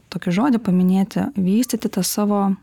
tokį žodį paminėti vystyti tą savo